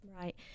Right